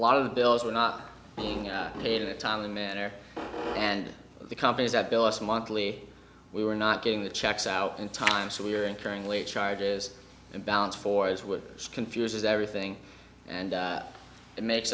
lot of the bills were not being paid in a timely manner and the companies that bill us monthly we were not getting the checks out in time so we're incurring late charges and balance for as would just confuses everything and it makes